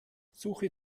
suche